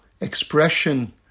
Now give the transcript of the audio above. expression